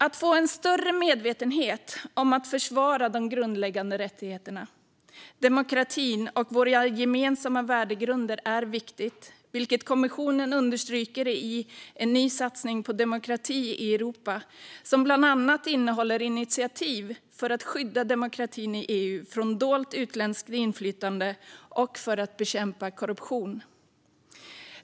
Att få en större medvetenhet om vikten av att försvara de grundläggande rättigheterna, demokratin och våra gemensamma värdegrunder är viktigt, vilket kommissionen understryker i en ny satsning på demokrati i Europa. Den innehåller bland annat initiativ för att skydda demokratin i EU från dolt utländskt inflytande och för att bekämpa korruption.